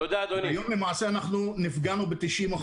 היום למעשה נפגענו ב-90%.